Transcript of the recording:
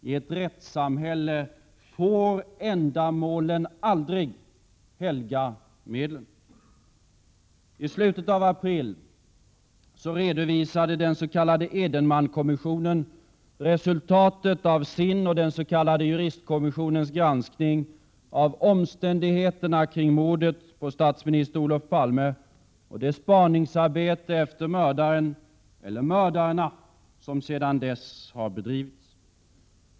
I ett rättssamhälle får ändamålet aldrig helga medlen. I slutet av april redovisade den s.k. Edenmankommissionen resultatet av sin och juristkommissionens granskning av omständigheterna kring mordet på statsminister Olof Palme och det arbete i spaningarna efter mördaren, eller mördarna, som sedan dess har bedrivits.